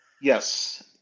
Yes